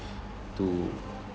to